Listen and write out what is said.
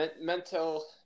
mental